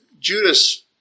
Judas